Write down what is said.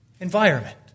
environment